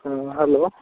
हँ हलो